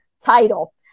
title